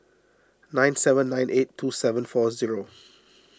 nine seven nine eight two seven four zero